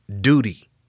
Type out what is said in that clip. duty